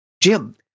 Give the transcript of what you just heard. Jim